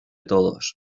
todos